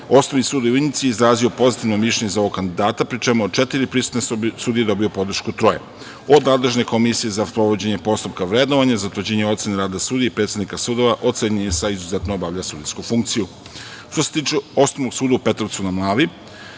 Osnovni sud u Ivanjici je izrazio pozitivno mišljenje za ovog kandidata, pri čemu je od četiri prisutne sudije dobio podršku troje. Od nadležne komisije za sprovođenje postupka vrednovanja i utvrđivanje ocene rada sudija i predsednika sudova ocenjen je sa „izuzetno obavlja sudijsku funkciju“.Što se tiče Osnovnog suda u Petrovcu na Mlavi,